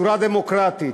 בצורה דמוקרטית,